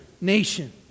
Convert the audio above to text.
nation